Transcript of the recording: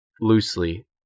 loosely